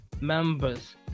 members